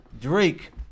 Drake